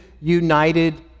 united